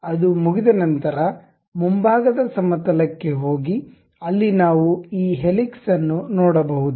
ಅದು ಮುಗಿದ ನಂತರ ಮುಂಭಾಗದ ಸಮತಲ ಕ್ಕೆ ಹೋಗಿ ಅಲ್ಲಿ ನಾವು ಈ ಹೆಲಿಕ್ಸ್ ಅನ್ನು ನೋಡಬಹುದು